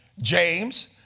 James